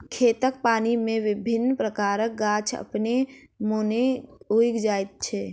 खेतक पानि मे विभिन्न प्रकारक गाछ अपने मोने उगि जाइत छै